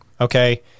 Okay